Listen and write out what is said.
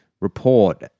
report